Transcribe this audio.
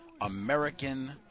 American